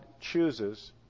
chooses